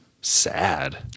sad